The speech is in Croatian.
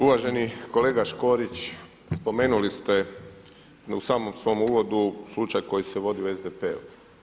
Uvaženi kolega Škorić, spomenuli ste u samom svom uvodu slučaj koji se vodi u SDP-u.